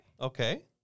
Okay